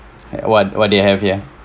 what what do you have here